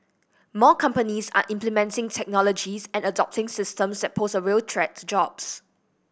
more companies are implementing technologies and adopting systems that pose a real threat to jobs